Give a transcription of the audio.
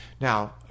Now